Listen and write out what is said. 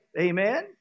Amen